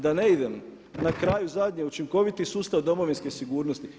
Da ne idem dalje, na kraju zadnje, učinkoviti sustav domovinske sigurnosti.